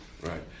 Right